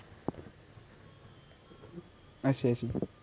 I see I see